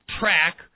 track